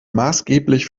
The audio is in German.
maßgeblich